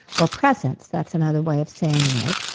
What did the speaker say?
or presence, that's another way of saying it,